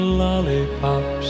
lollipops